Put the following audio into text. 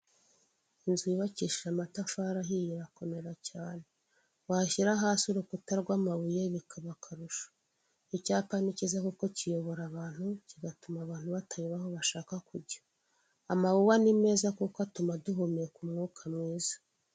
Inzu yubakishije amatafari ahiye irakomera cyane washyira hasi urukuta rw'amabuye bikaba akarusho, icyapa ni cyiza kuko kiyobora abantu kigatuma abantu batayoba aho bashaka kujya, amawuwa ni meza kuko atuma duhumeka umwuka mwiza.